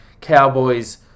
Cowboys